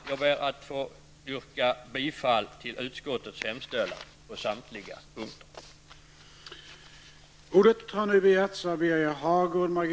Jag ber att få yrka bifall till utskottets hemställan på samtliga punkter.